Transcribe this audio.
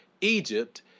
Egypt